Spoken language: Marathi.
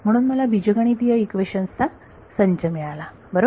म्हणून मला बीजगणितीय इक्वेशन्स चा संच मिळाला बरोबर